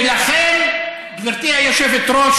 ולכן, גברתי היושבת-ראש